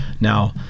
Now